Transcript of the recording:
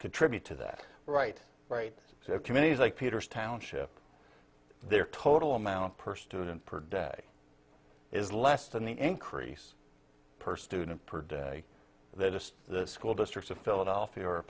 contribute to that right right so communities like peters township their total amount per student per day is less than the increase per student per day that is the school district of philadelphia or